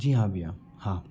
जी हाँ भईया हाँ